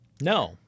No